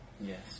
Yes